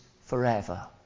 forever